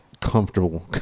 comfortable